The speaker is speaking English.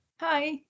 Hi